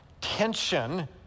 tension